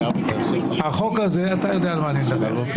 אתה יודע על מה שאני מדבר.